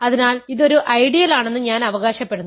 അതിനാൽ ഇത് ഒരു ഐഡിയലാണെന്ന് ഞാൻ അവകാശപ്പെടുന്നു